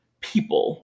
people